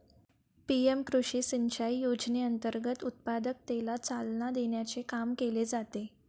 PM कृषी सिंचाई योजनेअंतर्गत उत्पादकतेला चालना देण्याचे काम केले जाते